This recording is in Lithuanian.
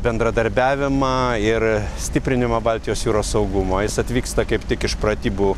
bendradarbiavimą ir stiprinimą baltijos jūros saugumo jis atvyksta kaip tik iš pratybų